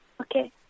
Okay